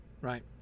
Right